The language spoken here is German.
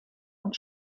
und